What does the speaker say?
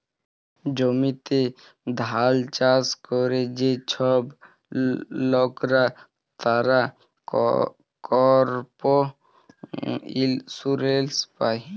জমিতে ধাল চাষ ক্যরে যে ছব লকরা, তারা করপ ইলসুরেলস পায়